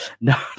no